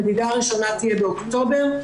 המדידה הראשונה תהיה באוקטובר.